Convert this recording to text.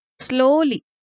slowly